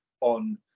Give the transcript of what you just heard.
on